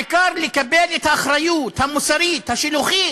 העיקר לקבל את האחריות המוסרית, השילוחית,